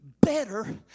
better